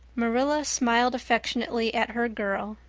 marilla smiled affectionately at her girl.